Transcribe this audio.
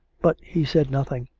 but he said nothing.